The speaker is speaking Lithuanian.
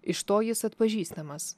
iš to jis atpažįstamas